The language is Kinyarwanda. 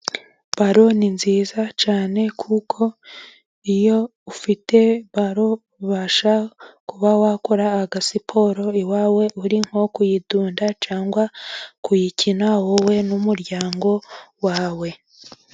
Baro ni nziza cyane, kuko iyo ufite baro ubasha kuba wakora agasiporo iwawe uri nko kuyidunda cyangwa kuyikina wowe n'umuryango wawe.